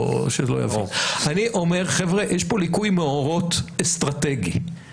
אני אומר, חבר'ה, יש פה ליקוי מאורות אסטרטגי.